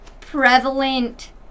prevalent